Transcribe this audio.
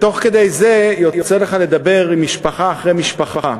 תוך כדי זה יוצא לך לדבר עם משפחה אחרי משפחה.